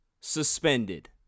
suspended